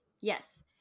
yes